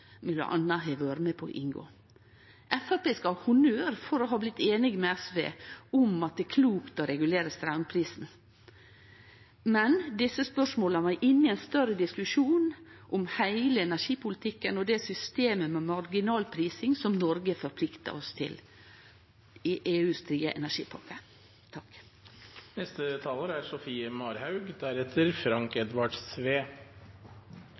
har vore med på å inngå. Framstegspartiet skal ha honnør for å ha blitt einig med SV om at det er klokt å regulere straumprisen, men desse spørsmåla var inne i ein større diskusjon om heile energipolitikken og det systemet med marginalprising som Noreg har forplikta seg til i EUs